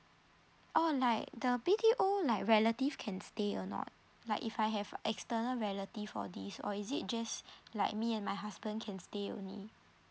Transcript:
oh like the B_T_O like relative can stay or not like if I have external relative all these or is it just like me and my husband can stay only